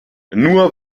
nur